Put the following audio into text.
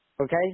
Okay